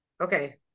Okay